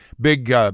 Big